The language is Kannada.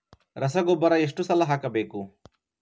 ರಸಗೊಬ್ಬರ ಎಷ್ಟು ಸಲ ಹಾಕಬೇಕು?